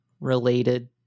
related